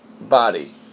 body